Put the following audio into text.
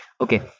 Okay